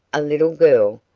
a little girl,